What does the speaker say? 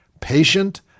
Patient